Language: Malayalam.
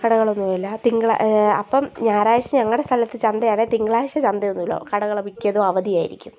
കടകളൊന്നും ഇല്ല തിങ്കളാ അപ്പം ഞായറാഴ്ച് ഞങ്ങളുടെ സ്ഥലത്ത് ചന്തയാണ് തിങ്കളാഴ്ച ചന്തയൊന്നും ഇല്ല കടകൾ മിക്കതും അവധിയായിരിക്കും